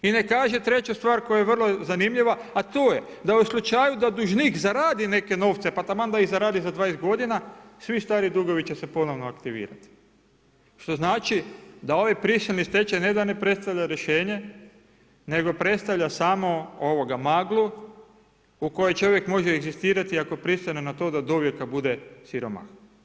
I ne kaže treću stvar koja je vrlo zanimljiva, a to je da u slučaju da dužnik zaradi neke novce, pa taman da ih zaradi za 20 godina, svi stari dugovi će se ponovo aktivirati, što znači da ovaj prisilni stečaj ne da ne predstavlja rješenje nego predstavlja samo maglu u kojoj čovjek može egzistirati ako pristane na to da dovijeka bude siromah.